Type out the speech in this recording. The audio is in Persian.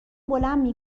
بلند